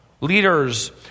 Leaders